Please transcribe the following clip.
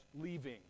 leaving